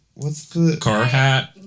Carhat